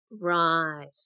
Right